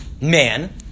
man